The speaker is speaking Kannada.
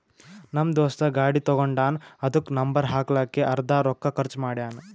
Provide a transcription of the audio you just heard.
ನಮ್ ದೋಸ್ತ ಗಾಡಿ ತಗೊಂಡಾನ್ ಅದುಕ್ಕ ನಂಬರ್ ಹಾಕ್ಲಕ್ಕೆ ಅರ್ದಾ ರೊಕ್ಕಾ ಖರ್ಚ್ ಮಾಡ್ಯಾನ್